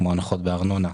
כמו הנחות ארנונה,